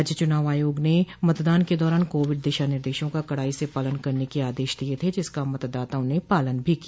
राज्य चुनाव आयोग ने मतदान के दौरान कोविड दिशा निर्देशों का कड़ाई से पालन करने के आदेश दिये थे जिसका मतदाताओं ने पालन भी किया